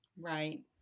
Right